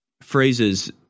phrases